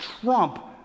trump